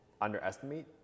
underestimate